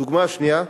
הדוגמה השנייה: